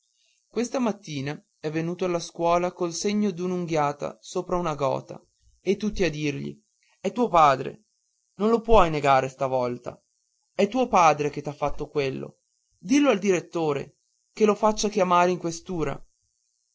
questa mattina è venuto alla scuola col segno d'un'unghiata sopra una gota e tutti a dirgli è stato tuo padre non lo puoi negare sta volta è tuo padre che t'ha fatto quello dillo al direttore che lo faccia chiamare in questura